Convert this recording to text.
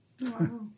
Wow